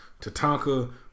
Tatanka